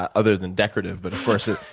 ah other than decorative, but of course,